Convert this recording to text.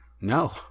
No